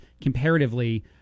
comparatively